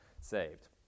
saved